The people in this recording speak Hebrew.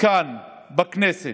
כאן בכנסת.